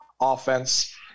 offense